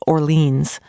Orleans